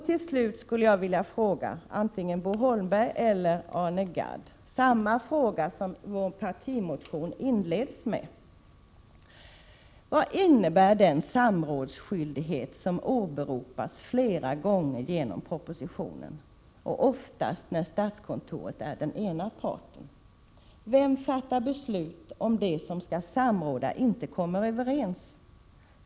Till slut skulle jag vilja ställa till antingen Bo Holmberg eller Arne Gadd samma fråga som vår partimotion inleds med: Vad innebär den samrådsskyldighet som åberopas flera gånger i propositionen, oftast när statskontoret är den ena parten? Och vem fattar beslut om de som skall samråda inte kommer överens?